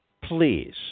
please